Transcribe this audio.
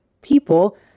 people